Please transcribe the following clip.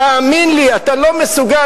תאמין לי, אתה לא מסוגל.